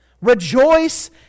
Rejoice